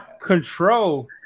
Control